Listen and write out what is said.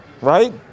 right